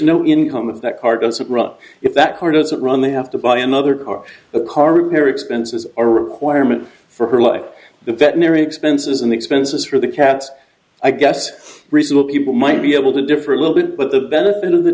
no income of that car doesn't run if that part of it run they have to buy another car a car repair expenses or requirement for her life the veterinary expenses and expenses for the cat i guess reasonable people might be able to differ a little bit but the benefit of the